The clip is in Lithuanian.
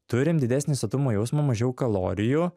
turim didesnį sotumo jausmą mažiau kalorijų